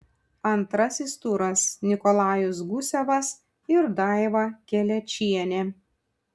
antrasis turas nikolajus gusevas ir daiva kelečienė